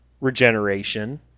regeneration